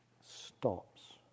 stops